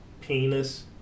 penis